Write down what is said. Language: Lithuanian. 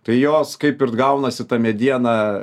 tai jos kaip ir gaunasi ta mediena